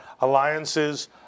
alliances